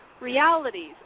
realities